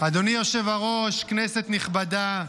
אדוני היושב-ראש, כנסת נכבדה,